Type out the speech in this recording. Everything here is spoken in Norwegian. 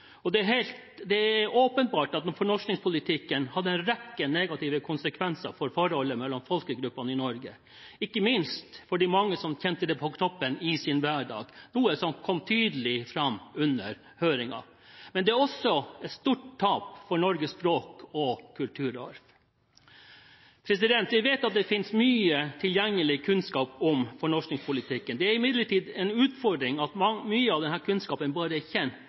Det er åpenbart at fornorskingspolitikken hadde en rekke negative konsekvenser for forholdet mellom folkegruppene i Norge, ikke minst for de mange som kjente det på kroppen i sin hverdag, noe som kom tydelig fram under høringen. Men det er også et stort tap for Norges språk og kulturarv. Vi vet at det finnes mye tilgjengelig kunnskap om fornorskingspolitikken. Det er imidlertid en utfordring at mye av denne kunnskapen bare